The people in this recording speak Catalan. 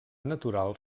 natural